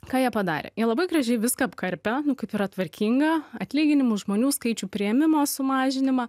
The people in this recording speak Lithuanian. ką jie padarė jie labai gražiai viską apkarpė kaip yra tvarkinga atlyginimus žmonių skaičių priėmimo sumažinimą